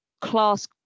class